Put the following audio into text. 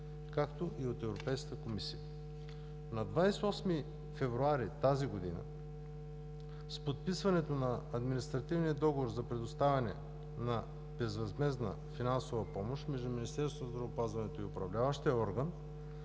както и от Европейската комисия. На 28 февруари тази година с подписването на административния договор за предоставяне на безвъзмездна финансова помощ между Министерството на здравеопазването и Управляващия орган